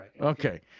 Okay